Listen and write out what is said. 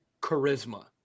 charisma